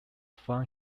from